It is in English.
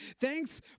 thanks